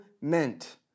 meant